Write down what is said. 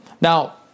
Now